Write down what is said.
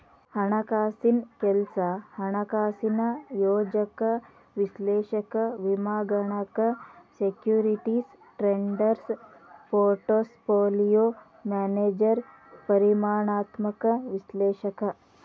ಹಣಕಾಸಿನ್ ಕೆಲ್ಸ ಹಣಕಾಸಿನ ಯೋಜಕ ವಿಶ್ಲೇಷಕ ವಿಮಾಗಣಕ ಸೆಕ್ಯೂರಿಟೇಸ್ ಟ್ರೇಡರ್ ಪೋರ್ಟ್ಪೋಲಿಯೋ ಮ್ಯಾನೇಜರ್ ಪರಿಮಾಣಾತ್ಮಕ ವಿಶ್ಲೇಷಕ